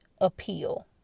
appeal